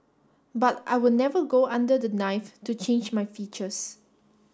but I would never go under the knife to change my features